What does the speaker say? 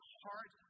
heart